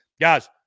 guys